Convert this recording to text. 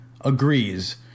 agrees